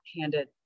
handed